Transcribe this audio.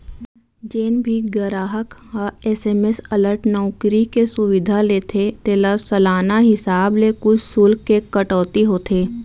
जेन भी गराहक ह एस.एम.एस अलर्ट नउकरी के सुबिधा लेथे तेला सालाना हिसाब ले कुछ सुल्क के कटौती होथे